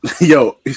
Yo